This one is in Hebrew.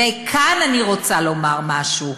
וכאן אני רוצה לומר משהו: